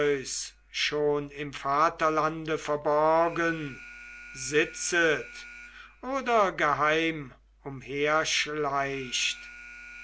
schon im vaterlande verborgen sitzet oder geheim